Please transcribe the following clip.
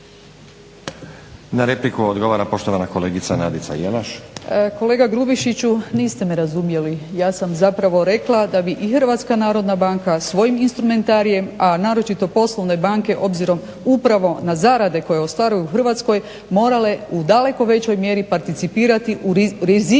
Na repliku odgovara poštovana kolegica Nadica Jelaš.